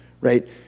right